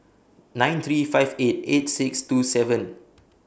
nine three five eight eight six two seven